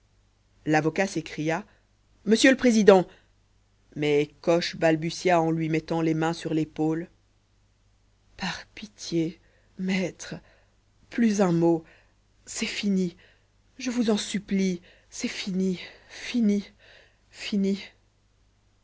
l'avocat s'écria monsieur le président mais coche balbutia en lui mettant les mains sur l'épaule par pitié maître plus un mot c'est fini je vous en supplie c'est fini fini fini